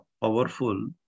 powerful